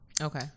okay